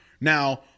Now